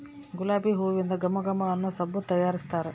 ಗುಲಾಬಿ ಹೂಲಿಂದ ಘಮ ಘಮ ಅನ್ನೊ ಸಬ್ಬು ತಯಾರಿಸ್ತಾರ